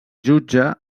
jutja